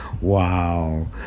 Wow